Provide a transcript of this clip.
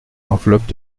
enveloppes